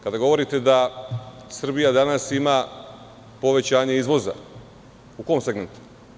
Kada govorite da Srbija danas ima povećanje izvoza, u kom segmentu?